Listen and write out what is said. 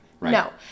No